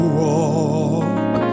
walk